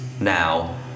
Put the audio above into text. Now